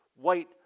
white